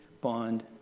bond